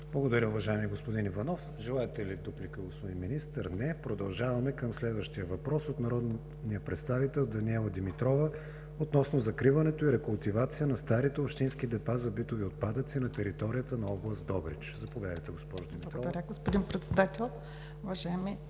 Благодаря Ви, уважаеми господин Иванов. Желаете ли дуплика, господин Министър? Не. Продължаваме със следващия въпрос – от народния представител Даниела Димитрова – относно закриване и рекултивация на старите общински депа за битови отпадъци на територията на област Добрич. Заповядайте, госпожо Димитрова. ДАНИЕЛА ДИМИТРОВА (ГЕРБ): Благодаря Ви, господин Председател.